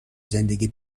زندگی